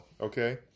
okay